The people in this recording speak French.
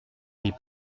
les